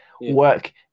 work